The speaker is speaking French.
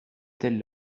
telle